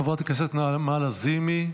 חברת הכנסת נעמה לזימי,